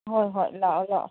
ꯍꯣꯏ ꯍꯣꯏ ꯂꯥꯛꯑꯣ ꯂꯥꯛꯑꯣ